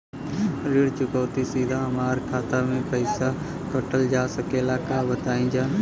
ऋण चुकौती सीधा हमार खाता से पैसा कटल जा सकेला का बताई जा?